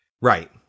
Right